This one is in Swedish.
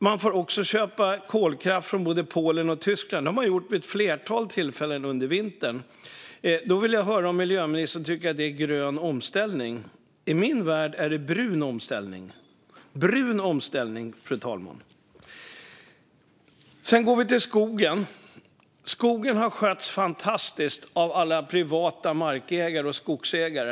Man får också köpa kolkraft från både Polen och Tyskland. Det har man gjort vid ett flertal tillfällen under vintern. Jag vill höra om miljöministern tycker att det är grön omställning. I min värld är det brun omställning, fru talman! Så går vi till skogen. Skogen har skötts fantastiskt av alla privata mark och skogsägare.